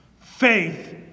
faith